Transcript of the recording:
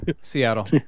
Seattle